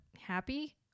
happy